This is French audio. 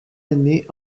année